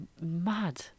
mad